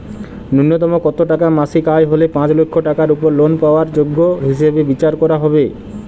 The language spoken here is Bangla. ন্যুনতম কত টাকা মাসিক আয় হলে পাঁচ লক্ষ টাকার উপর লোন পাওয়ার যোগ্য হিসেবে বিচার করা হবে?